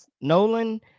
nolan